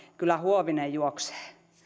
kyllä huovinen juoksee